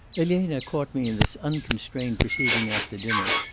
elena caught me in this unconstrained proceeding after dinner,